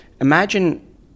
imagine